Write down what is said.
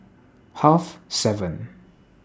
Half seven